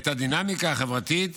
את הדינמיקה החברתית,